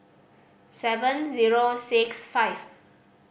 seven zero six five